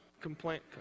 Complaint